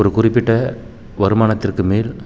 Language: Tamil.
ஒரு குறிப்பிட்ட வருமானத்திற்கு மேல்